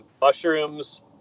mushrooms